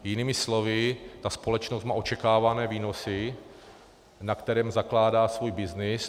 Jinými slovy ta společnost má očekávané výnosy, na kterých zakládá svůj byznys.